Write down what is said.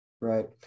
Right